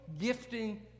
Gifting